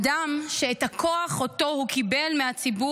אדם שאת הכוח שאותו הוא קיבל מהציבור